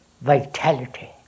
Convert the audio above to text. vitality